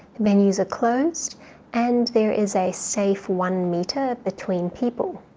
venues are closed and there is a safe one metre between people.